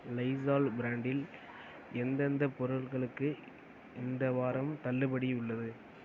Lysol பிராண்டில் எந்தெந்தப் பொருட்களுக்கு இந்த வாரம் தள்ளுபடி உள்ளது